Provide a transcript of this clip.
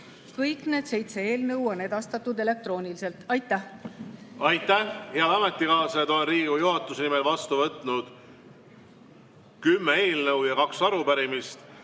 Kõik need seitse eelnõu on edastatud elektrooniliselt. Aitäh! Aitäh! Head ametikaaslased! Olen Riigikogu juhatuse nimel vastu võtnud kümme eelnõu ja kaks arupärimist